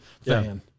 fan